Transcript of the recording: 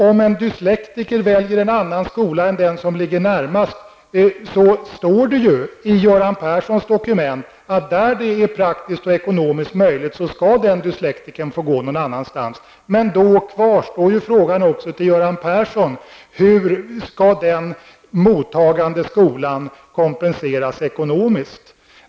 Om en dyslektiker väljer en annan skola än den som ligger närmast, skall denne, som det står i Göran Perssons dokument, när det är praktiskt och ekonomiskt möjligt få gå någon annanstans. Men då kvarstår följande fråga till Göran Persson: Hur skall den mottagande skolan kompenseras ekonomiskt?